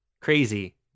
crazy